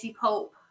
Pope